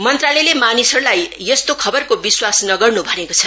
मंत्रालयले मानिसहरूलाई यस्तो खबरको विश्वास नगर्न भनेको च